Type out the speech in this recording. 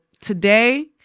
today